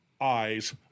eyes